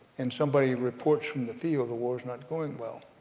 and somebody reports from the field the war is not going well,